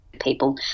people